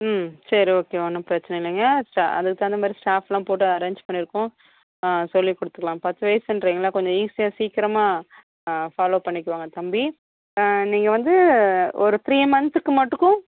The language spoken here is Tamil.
ம் சரி ஓகே ஒன்றும் பிரச்சினை இல்லைங்க அதுக்கு தகுந்த மாதிரி ஸ்டாஃபெலாம் போட்டு அரேஞ்ச் பண்ணியிருக்கோம் ஆ சொல்லி கொடுத்துக்குலாம் பத்து வயசுன்றிங்களே கொஞ்சம் ஈஸியாக சீக்கிரமா ஃபாலோ பண்ணிக்குவாங்க தம்பி ஆ நீங்கள் வந்து ஒரு த்ரீ மந்துக்கு மட்டுக்கும்